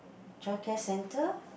childcare centre